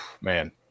Man